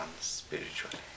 spiritually